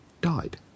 died